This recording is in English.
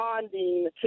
bonding